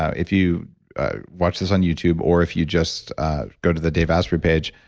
ah if you watch this on youtube, or if you just go to the dave asprey page,